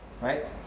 Right